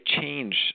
change